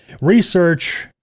Research